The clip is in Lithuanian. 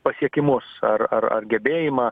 pasiekimus ar ar ar gebėjimą